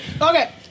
Okay